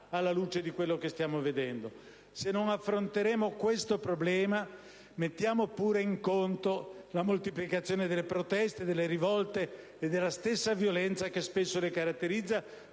alla luce di quello che stiamo vedendo. Se non affronteremo questo problema mettiamo pure in conto la moltiplicazione delle proteste, delle rivolte, e della stessa violenza che spesso le caratterizza,